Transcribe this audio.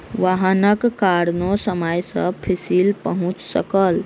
वाहनक कारणेँ समय सॅ फसिल पहुँच सकल